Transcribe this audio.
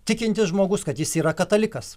tikintis žmogus kad jis yra katalikas